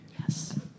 Yes